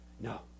No